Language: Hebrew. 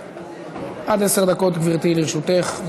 עד עשר דקות, גברתי, לרשותך.